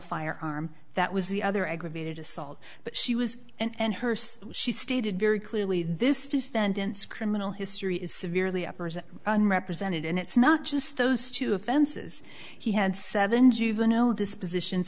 firearm that was the other aggravated assault but she was and her so she stated very clearly this defendant's criminal history is severely uppers and represented and it's not just those two offenses he had seven juvenile disposition